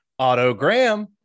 Autogram